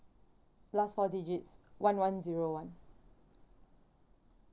last four digits one one zero one